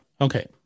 Okay